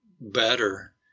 better